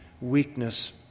weakness